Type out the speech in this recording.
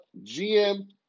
GM